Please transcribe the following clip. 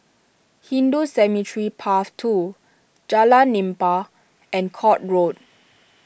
Hindu Cemetery Path two Jalan Nipah and Court Road